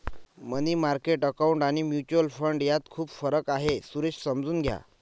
मनी market account आणि mutual fund यात खूप फरक आहे, सुरेश समजून घ्या